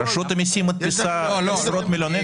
רשות המיסים מדפיסה עשרות מיליוני